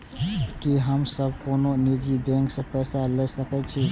की हम सब कोनो निजी बैंक से पैसा ले सके छी?